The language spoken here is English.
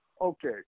okay